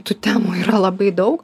tų temų yra labai daug